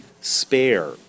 spare